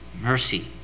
Mercy